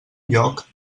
lloc